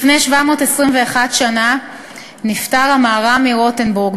לפני 721 שנה נפטר המהר"ם מרוטנבורג,